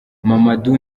mamadou